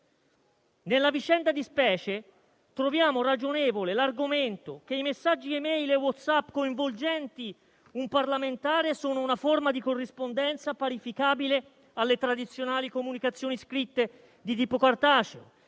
Nella vicenda di specie, troviamo ragionevole l'argomento che i messaggi *e-mail* e WhatsApp coinvolgenti un parlamentare sono una forma di corrispondenza parificabile alle tradizionali comunicazioni scritte di tipo cartaceo,